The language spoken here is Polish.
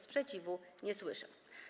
Sprzeciwu nie słyszę.